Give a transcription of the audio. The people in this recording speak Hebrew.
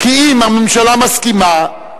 כי אם הממשלה מסכימה,